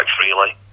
freely